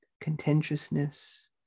contentiousness